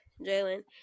Jalen